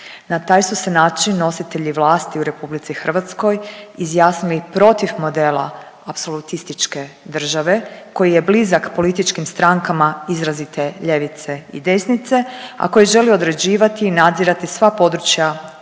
Na taj su se način nositelji vlasti u RH izjasnili protiv modela apsolutističke države koji je blizak političkim strankama izrazite ljevice i desnice, a koji želi određivati i nadzirati sva područja javnog,